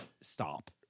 Stop